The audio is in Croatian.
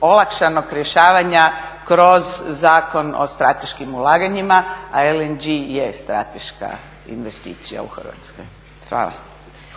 olakšanog rješavanja kroz Zakon o strateškim ulaganjima, a LNG je strateška investicija u Hrvatskoj. Hvala.